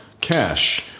cash